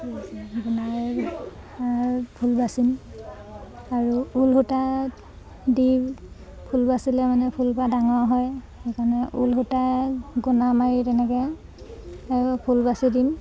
ফুল বাচিম আৰু ঊলসূতা দি ফুল বাচিলে মানে ফুলপাহ ডাঙৰ হয় সেইকাৰণে ঊলসূতা গুনা মাৰি তেনেকে ফুল বাচি দিম